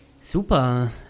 Super